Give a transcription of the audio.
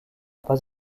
pas